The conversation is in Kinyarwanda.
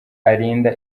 arinda